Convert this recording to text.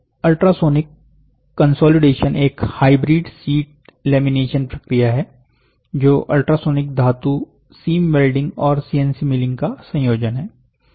ultrasonic consolidation एक hybrid sheet lamination प्रक्रिया है जो अल्ट्रासोनिक धातु सीम वेल्डिंग और सीएनसी मिलिंग का संयोजन है